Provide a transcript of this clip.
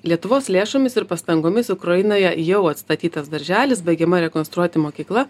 lietuvos lėšomis ir pastangomis ukrainoje jau atstatytas darželis baigiama rekonstruoti mokykla